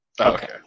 Okay